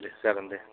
दे जागोन दे